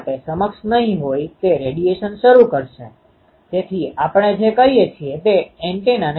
તેથી આ ઉત્તેજના એરે એન્ટેનાની એક વાસ્તવિક વસ્તુ છે અને આ જટિલ ઉત્તેજના છે કે જે આપણા હાથમાં છે તે પ્રવાહ ઉત્તેજીત એન્ટેના છે